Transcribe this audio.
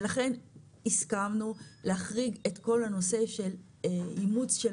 ולכן הסכמנו להחריג את כל הנושא של אימוץ של